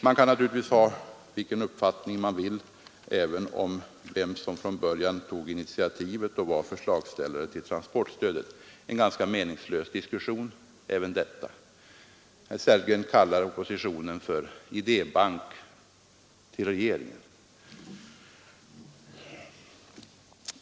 Man kan naturligtvis ha vilken uppfattning man vill om vem som från början tog initiativet och vem som var förslagsställare i fråga om transportstödet. Även detta är en ganska meningslös diskussion. Herr Sellgren kallar oppositionen för idébank till regeringen.